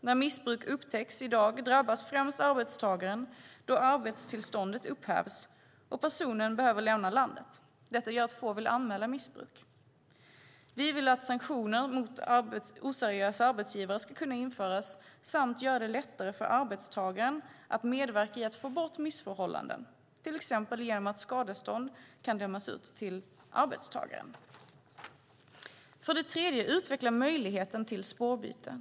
När missbruk upptäcks i dag drabbas främst arbetstagaren då arbetstillståndet upphävs och personen behöver lämna landet. Detta gör att få vill anmäla missbruk. Vi vill att sanktioner mot oseriösa arbetsgivare ska kunna införas och vi vill göra det lättare för arbetstagaren att medverka till att få bort missförhållanden, till exempel genom att skadestånd kan dömas ut till arbetstagaren. För det tredje vill vi utveckla möjligheten till spårbyte.